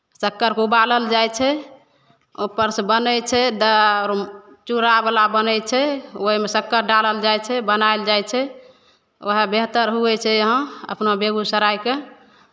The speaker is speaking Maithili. शक्करके उबालल जाइ छै ओहिपर सँ बनै छै द् चूड़ावला बनै छै ओहिमे शक्कर डालल जाइ छै बनायल जाइ छै उएह बेहतर होइ छै यहाँ अपना बेगूसरायके